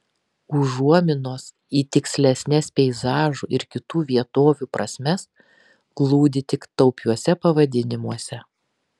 užuominos į tikslesnes peizažų ir kitų vietovių prasmes glūdi tik taupiuose pavadinimuose